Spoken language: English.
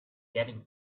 getting